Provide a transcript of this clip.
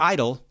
Idol